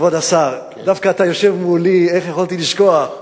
כבוד השר, דווקא אתה יושב מולי, איך יכולתי לשכוח?